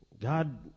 God